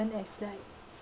and there's like